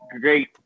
great